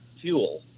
fuel